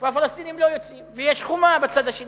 והפלסטינים לא יוצאים, ויש חומה בצד השני.